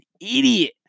idiot